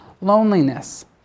loneliness